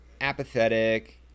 apathetic